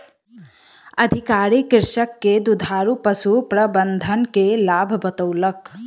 अधिकारी कृषक के दुधारू पशु प्रबंधन के लाभ बतौलक